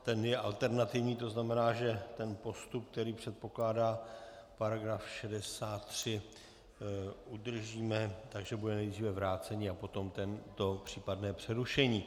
Ten je alternativní, to znamená, že postup, který předpokládá § 63, udržíme, takže bude nejdříve vrácení a potom to případné přerušení.